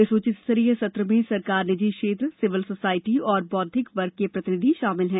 इस उच्च स्तरीय सत्र में सरकार निजी क्षेत्र सिविल सोसायटी और बौद्विक वर्ग के प्रतिनिध शामिल हैं